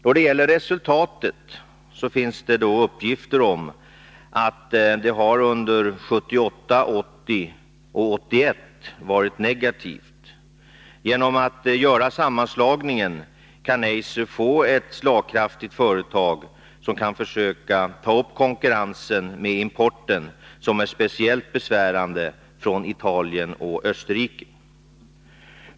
Vad beträffar resultatet finns det uppgifter om att detta under 1978, 1980 och 1981 varit negativt. Genom att göra sammanslagningen kan Eiser få ett slagkraftigt företag, som kan försöka ta upp konkurrensen med importen, vilken är speciellt besvärande när det gäller Italien och Österrike.